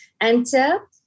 enter